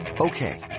Okay